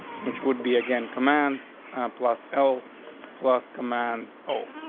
which would be again command plus l plus command. oh,